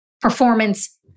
performance